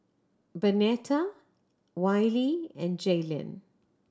Bernetta Wiley and Jailyn